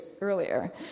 earlier